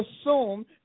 assume